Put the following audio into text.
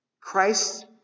christ